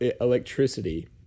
electricity